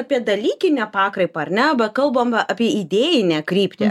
apie dalykinę pakraipą ar ne be kalbame apie idėjinę kryptį